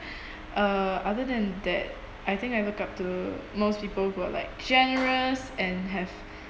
uh other than that I think I look up to most people who are like generous and have